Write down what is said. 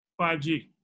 5G